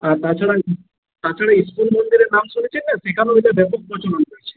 আর তাছাড়া তাছাড়া ইসকন মন্দিরের নাম শুনেছিলে ব্যাপক প্রচলন করেছে